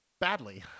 badly